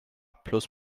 plus